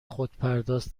خودپرداز